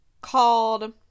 called